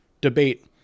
debate